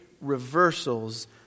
reversals